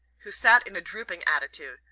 who sat in a drooping attitude,